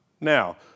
Now